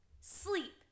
sleep